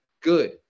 good